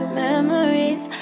memories